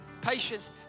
patience